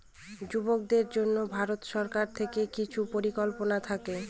যুবকদের জন্য ভারত সরকার থেকে কিছু পরিকল্পনা থাকে